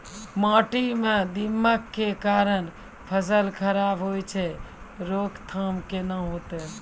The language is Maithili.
माटी म दीमक के कारण फसल खराब होय छै, रोकथाम केना होतै?